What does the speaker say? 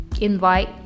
invite